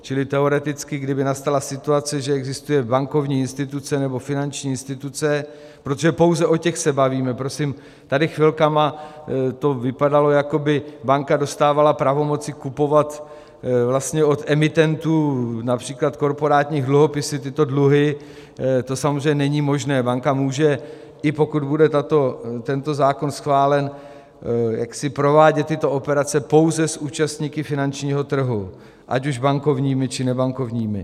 Čili teoreticky kdyby nastala situace, že existuje bankovní nebo finanční instituce, protože pouze o těch se bavíme tady chvilkami to vypadalo, jako by banka dostávala pravomoci kupovat vlastně od emitentů např. korporátní dluhopisy, tyto dluhy, to samozřejmě není možné banka může, i pokud bude tento zákon schválen, provádět tyto operace pouze s účastníky finančního trhu, ať už bankovními, či nebankovními.